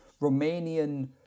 Romanian